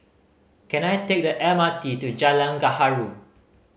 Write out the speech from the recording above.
can I take the M R T to Jalan Gaharu